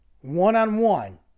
one-on-one